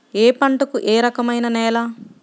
ఏ పంటకు ఏ రకమైన నేల?